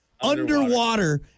underwater